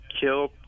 killed